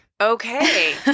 Okay